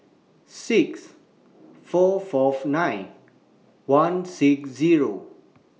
six four Fourth nine one six Zero